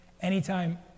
anytime